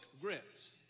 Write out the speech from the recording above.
grits